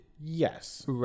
Yes